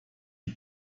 die